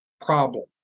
problem